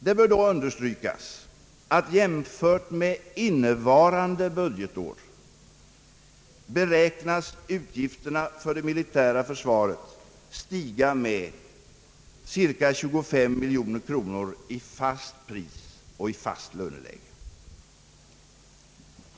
Det bör då understrykas att jämfört med innevarande budgetår beräknas utgifterna för det militära försvaret stiga med cirka 25 miljoner kronor i fast pris och i fast löneläge.